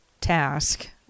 task